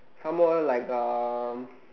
some more like um